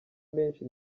menshi